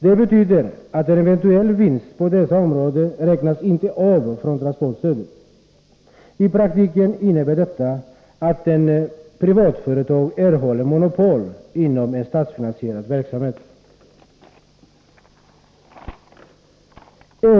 Det betyder att en eventuell vinst på detta område inte räknas av från transportstödet. I praktiken innebär det att ett privatföretag erhåller monopol inom en statsfinansierad verksamhet.